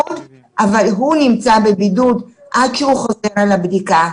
בבידוד עד שהוא חוזר על הבדיקה.